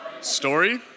story